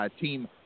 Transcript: team